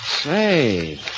Say